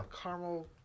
Caramel